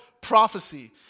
prophecy